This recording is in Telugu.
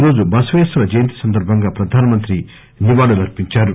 ఈరోజు బసవేశ్వర జయంతి సందర్బంగా ప్రధానమంత్రి నివాళులు అర్సించారు